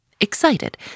excited